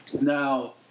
Now